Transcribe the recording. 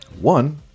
one